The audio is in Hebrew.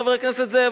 חבר הכנסת זאב,